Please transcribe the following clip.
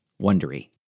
Wondery